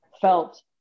felt